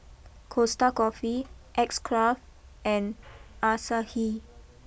Costa Coffee X Craft and Asahi